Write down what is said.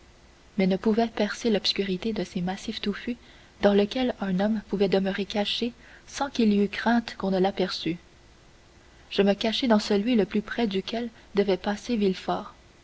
mais ne pouvait percer l'obscurité de ces massifs touffus dans lesquels un homme pouvait demeurer caché sans qu'il y eût crainte qu'on ne l'aperçût je me cachai dans celui le plus près duquel devait passer